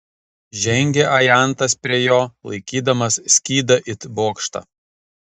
žengė ajantas prie jo laikydamas skydą it bokštą